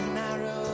narrow